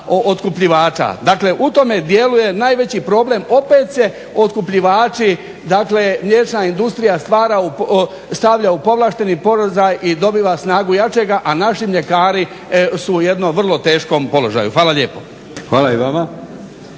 Dakle, u tome dijelu je najveći problem opet se otkupljivači dakle mliječna industrija stavlja u povlašteni položaj i dobiva snagu jačega, a naši mljekari su u jednom vrlo teškom položaju. Hvala lijepo. **Leko, Josip